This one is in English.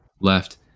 left